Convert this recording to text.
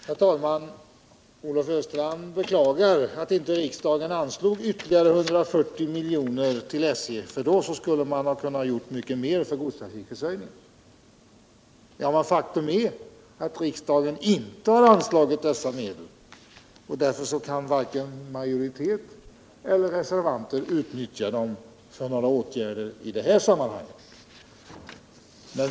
Herr talman! Olle Östrand beklagar att inte riksdagen anslog ytterligare 175 miljoner till SJ — med dem skulle man ha kunnat göra mycket mer för godstrafikförsörjningen. Men faktum är att riksdagen inte har anslagit dessa medel, och därför kan varken majoritet eller reservanter utnyttja dem för några åtgärder i detta sammanhang.